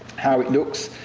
how it looks.